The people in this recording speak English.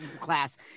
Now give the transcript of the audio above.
class